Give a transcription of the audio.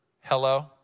hello